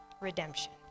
Redemption